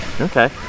Okay